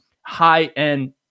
high-end